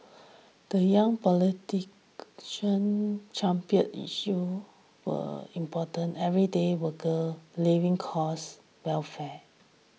the young politician championed issues were important everyday worker living costs welfare